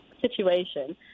situation